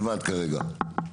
בלבד כרגע.